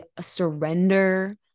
surrender